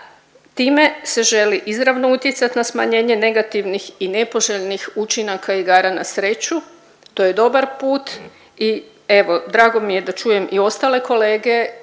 Time se želi izravno utjecat na smanjenje negativnih i nepoželjnih učinaka igara na sreću, to je dobar put i evo drago mi je da čujem i ostale kolege